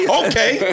okay